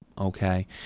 Okay